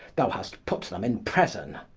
thou hast put them in prison,